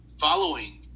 following